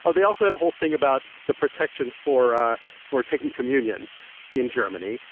ah they also had a whole thing about the protections for ah for taking communion in germany.